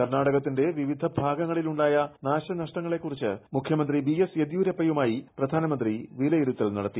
കർണാടകത്തിന്റെ വിവിധഭാഗങ്ങളിൽ ഉണ്ടായ നാശനഷ്ടങ്ങ്ങ്ള് ് കുറിച്ച് മുഖ്യമന്ത്രി ബി എസ് യെദ്യൂരപ്പയുമായി പ്രധാനമന്ത്രി ്വിലയിരുത്തൽ നടത്തി